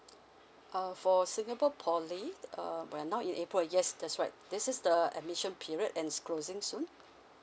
uh for singapore poly err but right now in april yes that's right this is the admission period and is closing soon